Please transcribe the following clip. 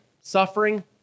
suffering